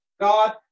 God